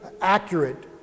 accurate